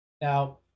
Now